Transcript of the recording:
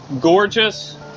gorgeous